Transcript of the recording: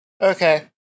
okay